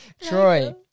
Troy